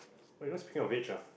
oh you know speaking of which ah